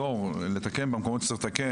אנחנו צריכים לעזור ולתקן במקומות שצריך לתקן,